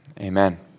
amen